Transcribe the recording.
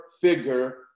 figure